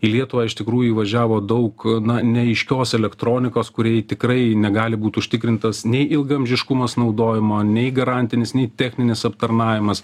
į lietuvą iš tikrųjų įvažiavo daug na neaiškios elektronikos kuriai tikrai negali būt užtikrintas nei ilgaamžiškumas naudojimo nei garantinis nei techninis aptarnavimas